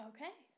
Okay